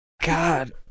God